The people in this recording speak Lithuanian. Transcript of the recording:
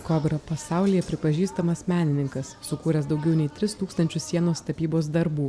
kobra pasaulyje pripažįstamas menininkas sukūręs daugiau nei tris tūkstančius sienos tapybos darbų